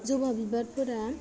जबा बिबारफोरा